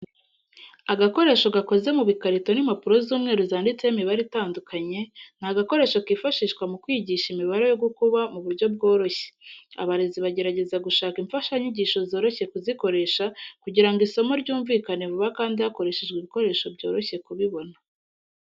Agakoresho gakoze mu bikarito n'impapuro z'umweru zanditseho imibare itandukanye, ni agakoresho kifashishwa mu kwigisha imibare yo gukuba mu buryo bworoshye. Abarezi bagerageza gushaka imfashanyigisho zoroshye kuzikoresha kugira ngo isomo ryumvikane vuba kandi hakoreshejwe ibikoresho byoroshye kubibona.